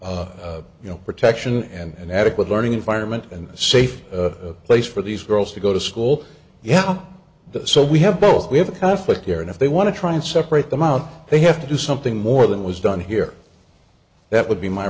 provide you know protection and adequate learning environment and a safe place for these girls to go to school yeah the so we have both we have a conflict here and if they want to try and separate them out they have to do something more than was done here that would be my